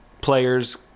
players